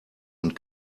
und